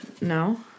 No